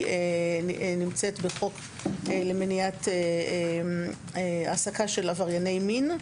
נמצאת בחוק למניעת העסקה של עברייני מין,